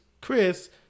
Chris